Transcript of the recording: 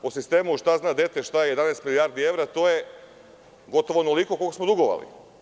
Po sistemu – šta zna dete šta je 11 milijardi evra, to je gotovo onoliko koliko smo dugovali.